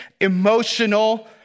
emotional